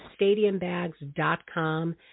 stadiumbags.com